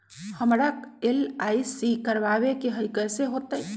हमरा एल.आई.सी करवावे के हई कैसे होतई?